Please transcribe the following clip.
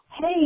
Hey